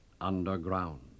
underground